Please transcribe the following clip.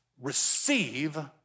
Receive